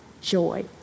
joy